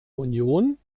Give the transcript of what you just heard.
union